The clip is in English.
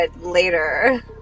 later